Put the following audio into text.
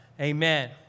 amen